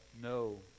no